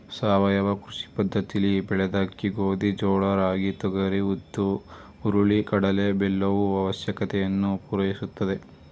ಸಾವಯವ ಕೃಷಿ ಪದ್ದತಿಲಿ ಬೆಳೆದ ಅಕ್ಕಿ ಗೋಧಿ ಜೋಳ ರಾಗಿ ತೊಗರಿ ಉದ್ದು ಹುರುಳಿ ಕಡಲೆ ಬೆಲ್ಲವು ಅವಶ್ಯಕತೆಯನ್ನು ಪೂರೈಸುತ್ತದೆ